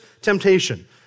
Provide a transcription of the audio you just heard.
temptation